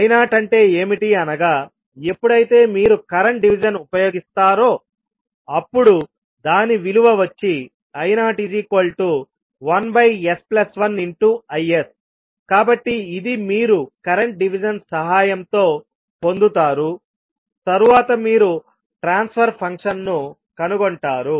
I0 అంటే ఏమిటి అనగాఎప్పుడైతే మీరు కరెంటు డివిజన్ ఉపయోగిస్తారో అప్పుడు దాని విలువ వచ్చి I01s1Is కాబట్టి ఇది మీరు కరెంటు డివిజన్ సహాయంతో పొందుతారుతరువాత మీరు ట్రాన్స్ఫర్ ఫంక్షన్ ను కనుగొంటారు